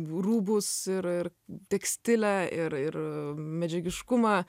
rūbus ir ir tekstilę ir ir medžiagiškumą